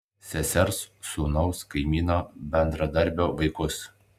sesers sūnaus kaimyno bendradarbio vaikus